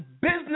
business